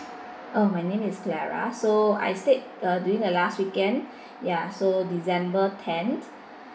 oh my name is clara so I stayed uh during the last weekend ya so december tenth